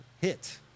hit